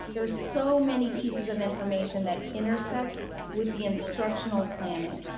there's so many pieces of information that intersect with the instructional planning.